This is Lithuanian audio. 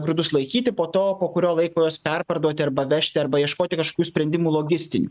grūdus laikyti po to po kurio laiko juos perparduoti arba vežti arba ieškoti kažkokių sprendimų logistinių